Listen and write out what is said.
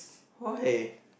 why